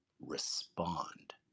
respond